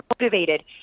motivated